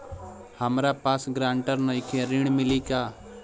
हमरा पास ग्रांटर नईखे ऋण मिली का?